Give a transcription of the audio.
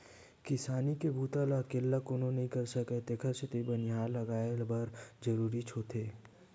किसानी के बूता ल अकेल्ला कोनो नइ कर सकय तेखर सेती बनिहार लगये बर जरूरीच होथे